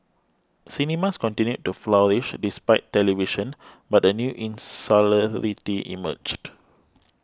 cinemas continued to flourish despite television but a new insularity emerged